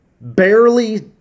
barely